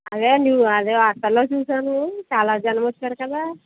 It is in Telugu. అదే నిన్న అదే హాస్టల్లో చూశాను చాలా జనం వచ్చారు కదా